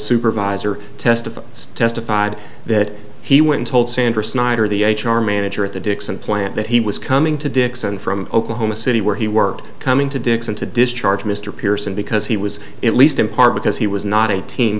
supervisor testified testified that he went told sandra snyder the h r manager at the dixon plant that he was coming to dixon from oklahoma city where he worked coming to dixon to discharge mr pearson because he was at least in part because he was not a team